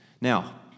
Now